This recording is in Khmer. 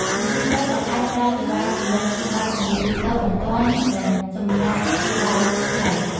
មន្ទីរពេទ្យបង្អែកផ្តល់សេវាពិនិត្យព្យាបាលជំងឺទូទៅ បន្ទាន់ និងសម្រាកព្យាបាលខ្លី។